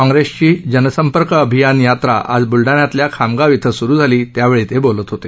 काँग्रेसची जनसंपर्क अभियान यात्रा आज बुलडणातल्या खामगाव क्विं सुरु झाली त्यावेळी ते बोलत होते